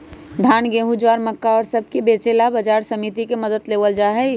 धान, गेहूं, ज्वार, मक्का और सब के बेचे ला बाजार समिति के मदद लेवल जाहई